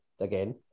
again